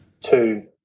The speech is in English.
two